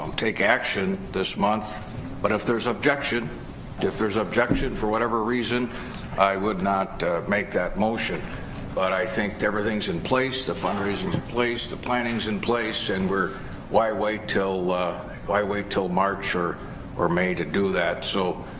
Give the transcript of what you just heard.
um take action this month but if there's objection if there's objection for whatever reason i would not make that motion but i think everything's in place the fundraisers in place the planning is in place and we're why wait til why wait till march or were made to do that so